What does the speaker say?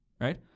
right